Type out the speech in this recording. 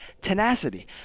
tenacity